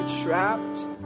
trapped